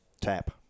Tap